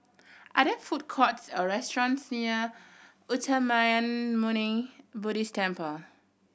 are there food courts or restaurants near Uttamayanmuni Buddhist Temple